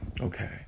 Okay